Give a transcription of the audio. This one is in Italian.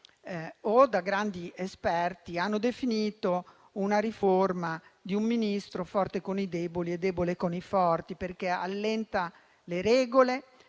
o da grandi esperti, hanno definito una riforma di un Ministro forte con i deboli e debole con i forti. Essa infatti allenta le regole